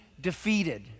defeated